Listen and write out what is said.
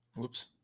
Whoops